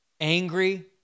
angry